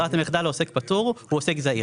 ברירת המחדל לעוסק פטור היא עוסק זעיר.